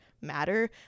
matter